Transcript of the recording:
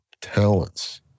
talents